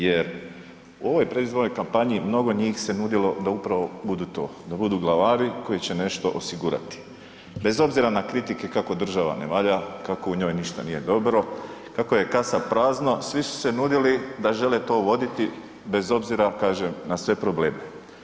Jer u ovoj predizbornoj kampanji mnogo njih se nudilo da upravo budu tu, da budu glavari koji će nešto osigurati bez obzira na kritike kako država ne valja, kako u njoj ništa nije dobro, kako je kasa prazna, svi su se nudili da žele to voditi bez obzira kažem na sve probleme.